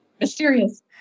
mysterious